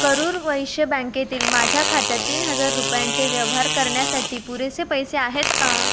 करूर वैश्य बँकेतील माझ्या खात्यात तीन हजार रुपयांचे व्यवहार करण्यासाठी पुरेसे पैसे आहेत का